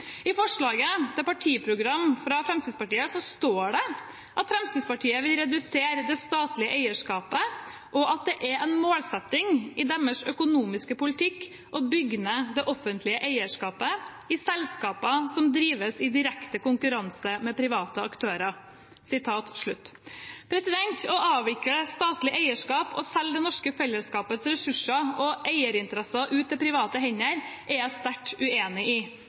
I forslaget til partiprogram fra Fremskrittspartiet står det at Fremskrittspartiet vil redusere det statlige eierskapet, og at det er en målsetting i deres økonomiske politikk «å bygge ned det offentlige eierskapet i selskaper som drives i direkte konkurranse med private aktører». Å avvikle statlig eierskap og selge det norske fellesskapets ressurser og eierinteresser ut til private hender er jeg sterkt uenig i.